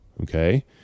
Okay